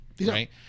Right